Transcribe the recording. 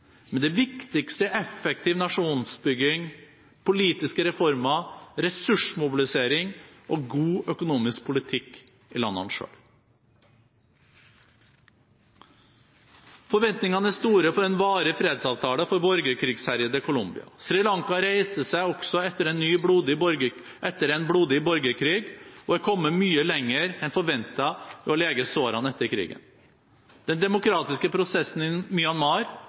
men det viktigste er effektiv nasjonsbygging, politiske reformer, ressursmobilisering og god økonomisk politikk i landene selv. Forventningene til en varig fredsavtale for borgerkrigsherjede Colombia er store. Sri Lanka reiser seg også etter en blodig borgerkrig og er kommet mye lenger enn forventet i å lege sårene etter krigen. Den demokratiske prosessen i Myanmar